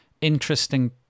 interesting